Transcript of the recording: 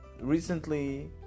recently